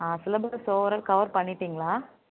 ah syllabus overall cover பண்ணிவிட்டிங்களா